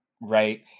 Right